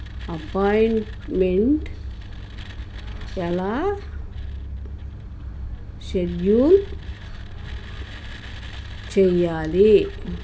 appointment ఎలా schedule చేయాలి